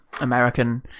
American